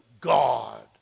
God